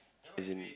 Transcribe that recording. as in